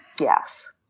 Yes